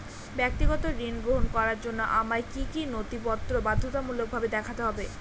ব্যক্তিগত ঋণ গ্রহণ করার জন্য আমায় কি কী নথিপত্র বাধ্যতামূলকভাবে দেখাতে হবে?